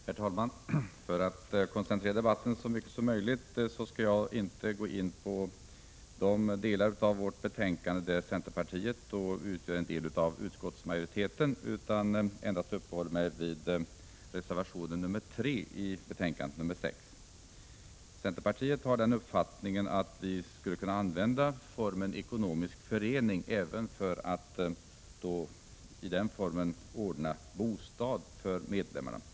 Herr talman! För att koncentrera debatten så mycket som möjligt skall jag 11 december 1986 inte gå in på de delar av betänkandet där centerpartiet utgör en del av utskottsmajoriteten utan uppehålla mig vid reservation 3. Centerpartiet har den uppfattningen att vi skulle kunna använda formen ekonomisk förening även för att ordna bostad för medlemmarna.